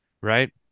Right